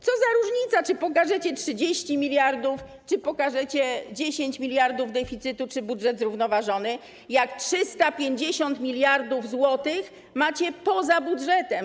Co za różnica, czy pokażecie 30 mld, czy pokażecie 10 mld deficytu, czy budżet zrównoważony, jak 350 mld zł macie poza budżetem.